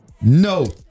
no